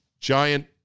giant